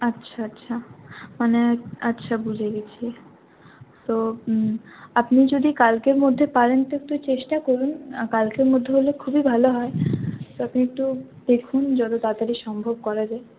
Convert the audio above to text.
আচ্ছা আচ্ছা মানে আচ্ছা বুঝে গেছি তো আপনি যদি কালকের মধ্যে পারেন তো একটু চেষ্টা করুন কালকের মধ্যে হলে খুবই ভালো হয় তো আপনি একটু দেখুন যত তাড়াতাড়ি সম্ভব করা যায়